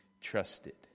trusted